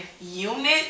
unit